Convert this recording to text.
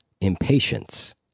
impatience